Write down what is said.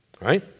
Right